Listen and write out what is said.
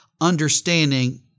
understanding